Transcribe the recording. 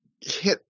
hit